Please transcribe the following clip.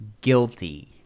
guilty